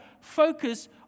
focus